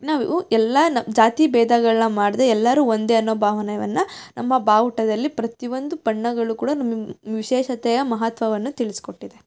ನಾವು ಎಲ್ಲ ನ ಜಾತಿ ಭೇದಗಳ ಮಾಡದೆ ಎಲ್ಲರೂ ಒಂದೇ ಅನ್ನೋ ಭಾವನೆಯನ್ನ ನಮ್ಮ ಬಾವುಟದಲ್ಲಿ ಪ್ರತಿ ಒಂದು ಬಣ್ಣಗಳು ಕೂಡ ವಿಶೇಷತೆಯ ಮಹತ್ವವನ್ನು ತಿಳಿಸ್ಕೊಟ್ಟಿದೆ